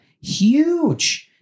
Huge